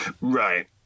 Right